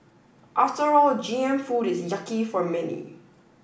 after all G M food is yucky for many